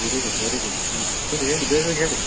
very good very good ಹಾಂ ಹೇಳಿ ಹೇಳಿ ಬೇಗ ಬೇಗ ಹೇಳಿ